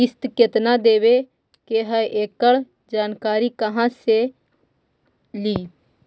किस्त केत्ना देबे के है एकड़ जानकारी कहा से ली?